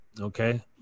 Okay